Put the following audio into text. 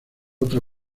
otra